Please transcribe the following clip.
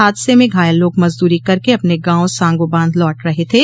हादसे में घायल लोग मजदूरी करके अपने गांव सांगोबांध लौट रहे थे